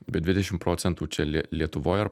bet dvidešimt procentų čia lie lietuvoj ar